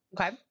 Okay